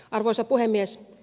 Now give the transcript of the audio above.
arvoisa puhemies